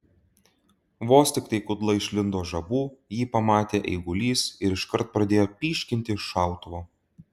vos tiktai kudla išlindo žabų jį pamatė eigulys ir iškart pradėjo pyškinti iš šautuvo